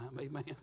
amen